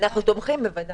אנחנו תומכים, בוודאי.